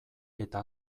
eta